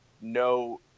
no